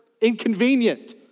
inconvenient